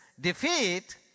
defeat